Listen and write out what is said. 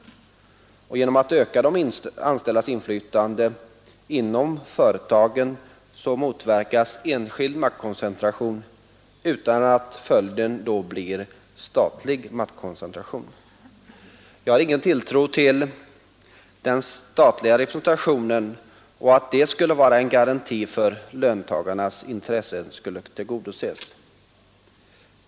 Genom att öka de anställdas inflytande inom företagen motverkas enskild maktkoncentration utan att följden blir statlig maktkoncentration. Jag hyser ingen tilltro till att den statliga representationen ger någon garanti för att löntagarnas intressen skulle tillgodoses.